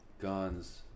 guns